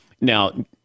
Now